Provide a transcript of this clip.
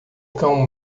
cão